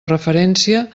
referència